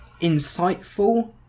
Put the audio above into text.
insightful